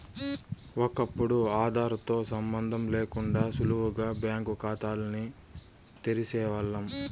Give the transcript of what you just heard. ఒకప్పుడు ఆదార్ తో సంబందం లేకుండా సులువుగా బ్యాంకు కాతాల్ని తెరిసేవాల్లం